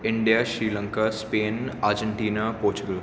India Sri Lanka Spain Argentina Portugal